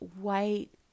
white